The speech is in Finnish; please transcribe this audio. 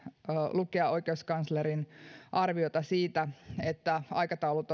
lukea oikeuskanslerin arviota siitä että aikataulut